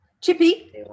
Chippy